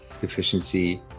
deficiency